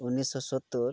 ᱩᱱᱤᱥᱥᱚ ᱥᱳᱛᱛᱳᱨ